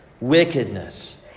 wickedness